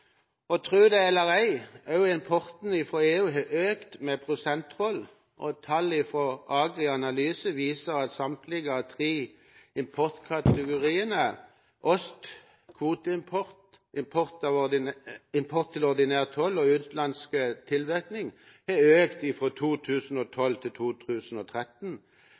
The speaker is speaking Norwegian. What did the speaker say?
eller ei, også importen fra EU har økt med prosenttoll. Tall fra AgriAnalyse viser at samtlige av de tre importkategoriene for ost – kvoteimport, import til ordinær toll og utenlandsk tilvirkning – har økt fra 2012 til 2013.